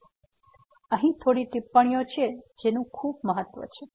અહી થોડી ટીપ્પણીઓ છે જેનું ખૂબ મહત્વ છે